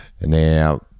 Now